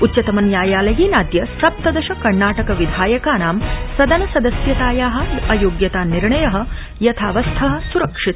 उच्चतमन्यायालयेनादय सप्तदश कर्णाटक विधायकानां सदन सदस्यताया अयोग्यता निर्णय यथावस्थ सुरक्षित